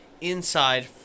inside